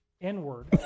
N-word